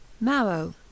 Marrow